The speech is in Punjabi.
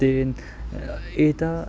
ਅਤੇ ਇਹ ਤਾਂ